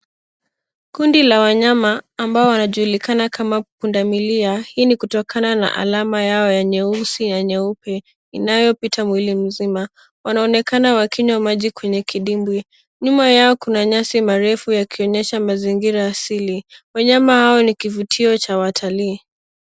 Kundi la wanyama ambao wanajulikana kama pundamilia hii ni kutokana na alama yao ya nyeusi na nyeupe inayopita mwili mzima. Wanaonekana wakinywa maji kwenye kidimbwi. Nyuma yao kuna nyasi marefu yakionyesha mazingira asili. Wanyama hao ni kivutio cha watalii.